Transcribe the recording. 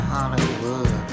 Hollywood